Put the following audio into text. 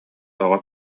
тоҕо